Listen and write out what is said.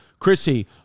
Chrissy